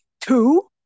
Two